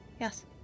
Yes